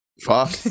Fuck